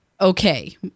okay